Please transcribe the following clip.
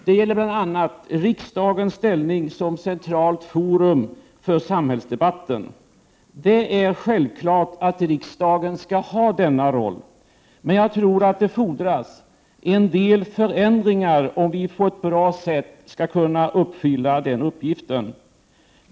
Det gäller bl.a. riksdagens ställning som centralt forum för samhällsdebatten. Det är självklart att riksdagen skall ha denna roll. Men, jag tror att det fordras en del förändringar om vi på ett bra sätt skall kunna uppfylla den uppgiften.